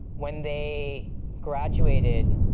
when they graduated